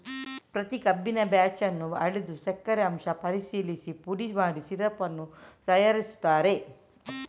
ಪ್ರತಿ ಕಬ್ಬಿನ ಬ್ಯಾಚ್ ಅನ್ನು ಅಳೆದು ಸಕ್ಕರೆ ಅಂಶ ಪರಿಶೀಲಿಸಿ ಪುಡಿ ಮಾಡಿ ಸಿರಪ್ ಅನ್ನು ತಯಾರಿಸುತ್ತಾರೆ